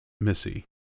Missy